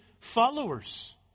followers